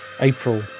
April